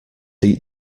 eat